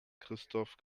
christoph